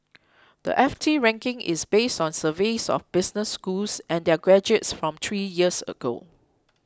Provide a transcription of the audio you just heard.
the F T ranking is based on surveys of business schools and their graduates from three years ago